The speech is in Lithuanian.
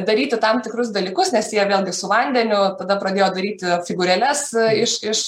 daryti tam tikrus dalykus nes jie vėlgi su vandeniu tada pradėjo daryti figūrėles iš iš